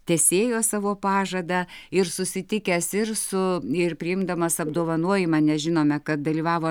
tesėjo savo pažadą ir susitikęs ir su ir priimdamas apdovanojimą nes žinome kad dalyvavo